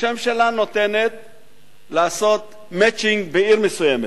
שהממשלה נותנת לעשות "מצ'ינג" בעיר מסוימת,